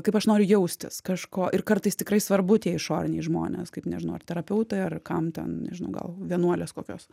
kaip aš noriu jaustis kažko ir kartais tikrai svarbu tie išoriniai žmonės kaip nežinau ar terapeutai ar kam ten nežinau gal vienuolės kokios